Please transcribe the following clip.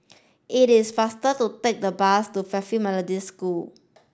it is faster to take the bus to Fairfield Methodist School